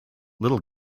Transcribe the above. little